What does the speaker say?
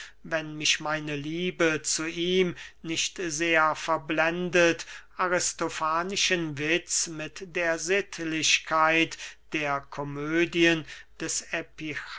wenn mich meine liebe zu ihm nicht sehr verblendet aristofanischen witz mit der sittlichkeit der komödien des